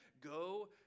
go